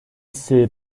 s’est